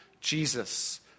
Jesus